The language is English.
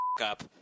Up